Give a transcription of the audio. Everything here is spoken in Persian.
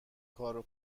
کارو